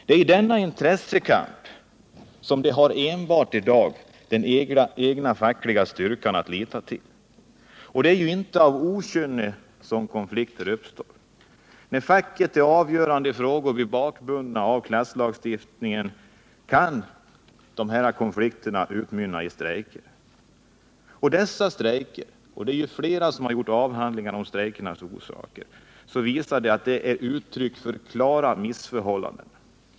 Det är i denna intressekamp som arbetarna i dag enbart har sin egen fackliga styrka att lita till. Konflikterna uppstår ju inte av okynne. När facket i avgörande frågor blir bakbundet av klasslagstiftningen kan konflikterna Nr 38 utmynna i strejker. I flera avhandlingar, där man undersökt strejkernas orsaker, har det påvisats att strejkerna är uttryck för klara missförhållanden.